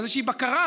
איזושהי בקרה,